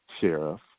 sheriff